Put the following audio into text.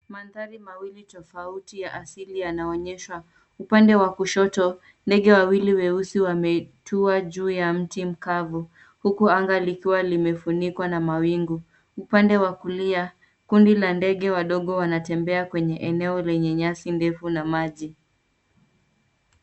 Mandhari mawili tofauti ya asili yanaonyeshwa. Upande wa kushoto, ndege wawili weusi wametua juu ya mti mkavu, huku anga likiwa limefunikwa na mawingu. Upande wa kulia, kundi la ndege wadogo wanatembea kwenye eneo lenye nyasi ndefu na maji.